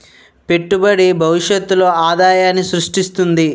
పెట్టుబడి భవిష్యత్తులో ఆదాయాన్ని స్రృష్టిస్తుంది